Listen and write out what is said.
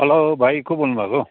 हलो भाइ को बोल्नुभएको